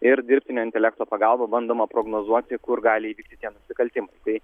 ir dirbtinio intelekto pagalba bandoma prognozuoti kur gali įvykti tie nusikaltimai tai